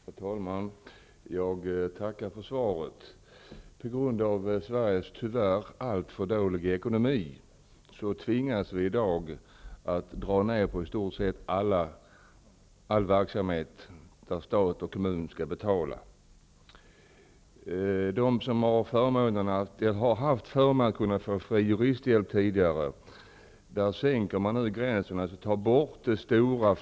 Herr talman! Jag tackar för svaret. På grund av Sveriges tyvärr alltför dåliga ekonomi tvingas vi i dag dra ner på i stort sett all verksamhet där stat och kommun skall betala. Man minskar nu in på möjligheten att få fri juristhjälp, så att det stora flertalet svenskar utestängs från denna förmån.